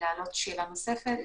להעלות שאלה נוספת.